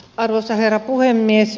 arvoisa herra puhemies